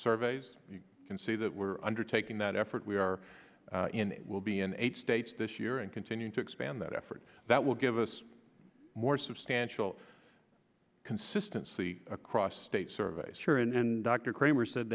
surveys you can see that we're undertaking that effort we are in will be in eight states this year and continue to expand that effort that will give us more substantial consistency across state surveys sure and dr kramer said